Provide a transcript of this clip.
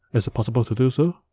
is it possible to do so?